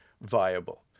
viable